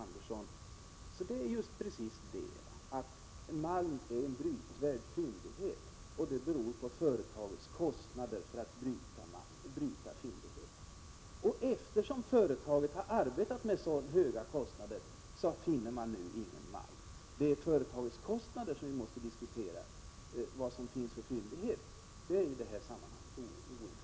Malmen är ju en brytbar fyndighet, och det beror på företagets kostnader om man skall bryta. Eftersom företaget har arbetat med så höga kostnader, söker man nu ingen malm. Det är således företagets kostnader som vi måste diskutera. Vad det finns för fyndigheter är i det sammanhanget mindre intressant.